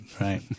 Right